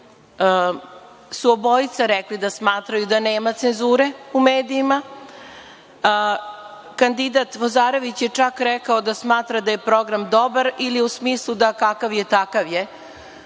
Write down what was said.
i Peković, obojica rekli da smatraju da nema cenzure u medijima. Kandidat Vozarević je čak rekao da smatra da je program dobar ili u smislu da kakav je takav je,